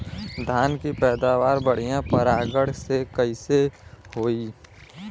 धान की पैदावार बढ़िया परागण से कईसे होई?